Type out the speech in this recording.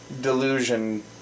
delusion